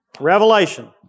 Revelation